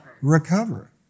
recover